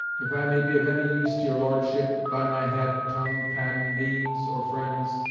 if i may be of any use to your lordship, by my head, tongue, pen, means, or friends,